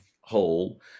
whole